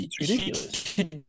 ridiculous